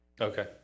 Okay